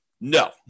No